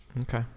Okay